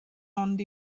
ond